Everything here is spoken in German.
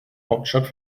hauptstadt